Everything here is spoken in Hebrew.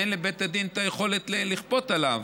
ואין לבית הדין את היכולת לכפות עליו,